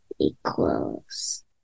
equals